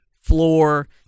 floor